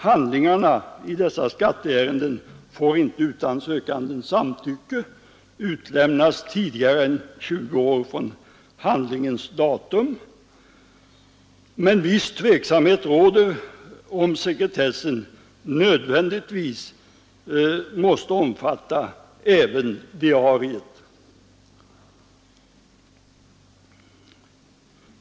Handlingarna i dessa skatteärenden får inte utan sökandens samtycke utlämnas tidigare än 20 år från handlingens datum, men viss tveksamhet råder om sekretessen nödvändigtvis måste omfatta även diarier.